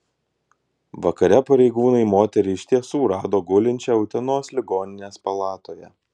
vakare pareigūnai moterį iš tiesų rado gulinčią utenos ligoninės palatoje